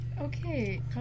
Okay